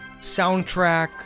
soundtrack